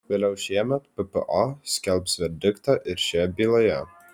vėliau šiemet ppo skelbs verdiktą ir šioje byloje